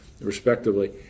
respectively